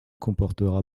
comportera